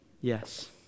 yes